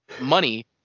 money